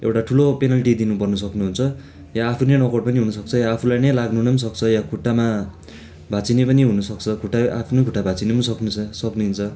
एउटा ठुलो पेनल्टी दिर्नु पर्नु सक्नुहुन्छ या आफू नै नकआउट पनि हुनुसक्छ या आफूलाई नै लाग्नु नै पनि सक्छ या खुट्टामा भाँच्चिने पनि हुनु सक्छ खुट्टा आफ्नै खुट्टा भाँचिनु पनि सक्नुछ सक्ने हुन्छ